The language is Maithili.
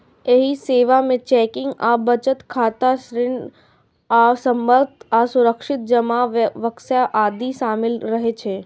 एहि सेवा मे चेकिंग आ बचत खाता, ऋण आ बंधक आ सुरक्षित जमा बक्सा आदि शामिल रहै छै